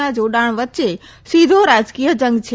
ના જોડાણ વચ્ચે સીધો રાજકીય જંગ છે